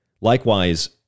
Likewise